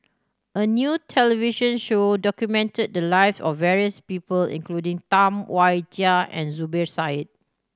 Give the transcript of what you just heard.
a new television show documented the lives of various people including Tam Wai Jia and Zubir Said